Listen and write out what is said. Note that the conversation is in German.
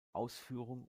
ausführung